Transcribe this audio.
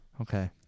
Okay